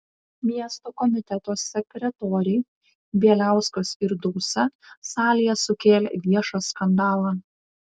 miesto komiteto sekretoriai bieliauskas ir dausa salėje sukėlė viešą skandalą